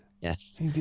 yes